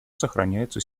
сохраняются